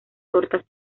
tortas